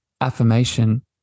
affirmation